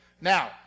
Now